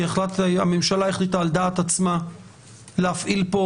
כי הממשלה החליטה על דעת עצמה להפעיל את